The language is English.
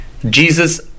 Jesus